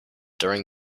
during